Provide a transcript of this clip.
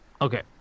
Okay